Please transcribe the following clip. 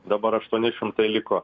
dabar aštuoni šimtai liko